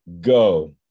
Go